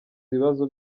ibibazo